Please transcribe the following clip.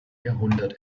jahrhundert